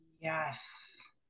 Yes